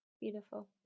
beautiful